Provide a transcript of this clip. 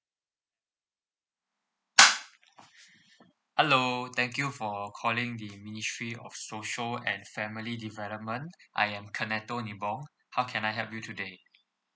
hello thank you for calling the ministry of social and family development I am how can I help you today